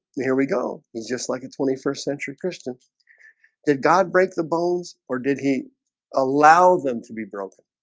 here we go. he's just like a twenty first century christian did god break the bones or did he allow them to be broken?